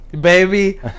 Baby